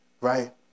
right